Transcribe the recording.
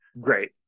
Great